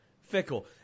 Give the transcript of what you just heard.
Fickle